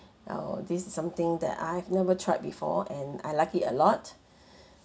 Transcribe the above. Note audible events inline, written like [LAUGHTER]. uh this is something that I've never tried before and I like it a lot [BREATH]